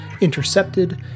Intercepted